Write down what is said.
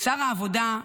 לשר העבודה,